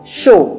show